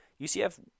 ucf